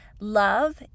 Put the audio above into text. love